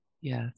Yes